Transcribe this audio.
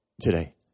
today